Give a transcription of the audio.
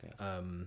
Okay